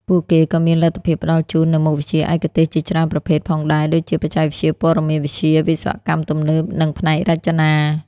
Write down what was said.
ពួកគេក៏មានលទ្ធភាពផ្តល់ជូននូវមុខវិជ្ជាឯកទេសជាច្រើនប្រភេទផងដែរ ដូចជាបច្ចេកវិទ្យាព័ត៌មានវិទ្យា វិស្វកម្មទំនើប និងផ្នែករចនា។